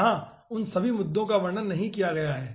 यहाँ मैंने उन सभी मुद्दों का वर्णन नहीं किया है